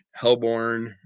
Hellborn